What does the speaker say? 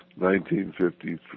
1953